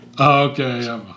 Okay